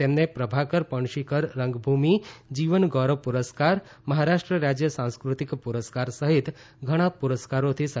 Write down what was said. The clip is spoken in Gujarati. તેમને પ્રભાકર પણશીકર રંગભૂમિ જીવનગૌરવ પુરસ્કાર મહારાષ્ટ્ર રાજ્ય સાંસ્કૃતિક પુરસ્કાર સહિત ધણા પુરસ્કારોથી સન્માનિત કરાયા હતા